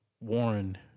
Warren